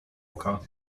oka